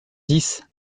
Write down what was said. dix